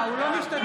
אינו משתתף